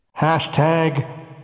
Hashtag